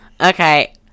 okay